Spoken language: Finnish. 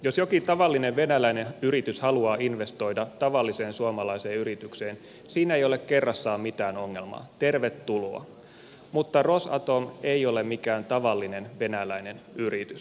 jos jokin tavallinen venäläinen yritys haluaa investoida tavalliseen suomalaiseen yritykseen siinä ei ole kerrassaan mitään ongelmaa tervetuloa mutta rosatom ei ole mikään tavallinen venäläinen yritys